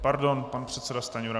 Pardon, pan předseda Stanjura.